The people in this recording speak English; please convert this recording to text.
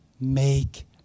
make